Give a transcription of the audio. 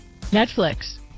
Netflix